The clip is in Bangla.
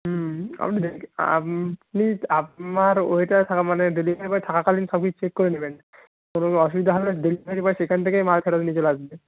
হুম আপনি আপনার ওইটা থাকা মানে ডেলিভারি বয় থাকাকালীন সবই চেক করে নেবেন কোনো অসুবিধা হলেডেলিভারি বয় সেইখান থেকেই মাল ফেরত নিয়ে চলে আসবে